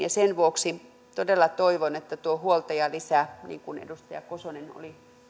sen vuoksi todella toivon että tuo huoltajalisä niin kuin edustaja kososelta oli